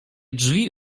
drzwi